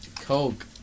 Coke